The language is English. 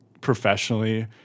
professionally